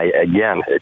again